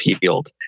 healed